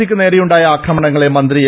സിക്ക് നേരെയുണ്ടായ ആക്രമണങ്ങളെ മന്ത്രി എ